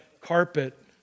carpet